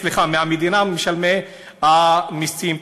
מהמדינה וממשלמי המסים פה.